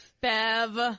Bev